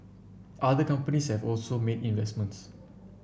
other companies have also made investments